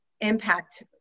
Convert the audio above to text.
impact